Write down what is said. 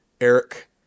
Eric